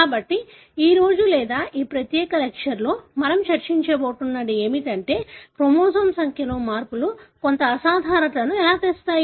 కాబట్టి ఈ రోజు లేదా ఈ ప్రత్యేక తరగతిలో మనం చర్చించబోతున్నది ఏమిటంటే క్రోమోజోమ్ సంఖ్యలో మార్పులు కొంత అసాధారణతను ఎలా తెస్తాయి